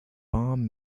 bomb